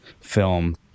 film